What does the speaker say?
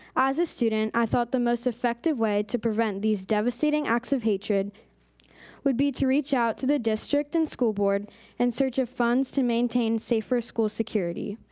as a student, i thought the most effective way to prevent these devastating acts of hatred would be to reach out to the district and school board in search of funds to maintain safer school security.